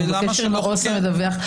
הוא בקשר עם העובד הסוציאלי שמדווח.